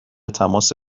تماس